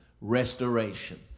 restoration